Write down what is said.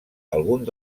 alguns